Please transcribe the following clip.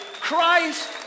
Christ